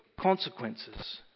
consequences